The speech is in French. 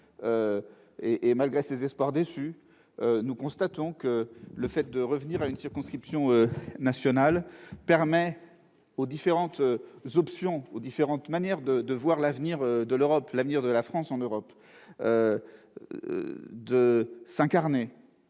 regrets, ces espoirs déçus, nous constatons que le fait de revenir à une circonscription nationale permet aux différentes manières de voir l'avenir de l'Europe, l'avenir de la France en Europe, de s'incarner